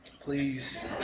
Please